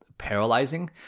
paralyzing